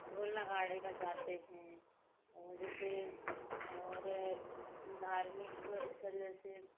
ढोल नगाड़े बजाते हैं और जैसे और धार्मिक स्थल जैसे